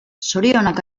zorionak